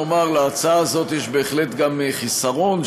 לומר: להצעת הזאת יש גם בהחלט חיסרון,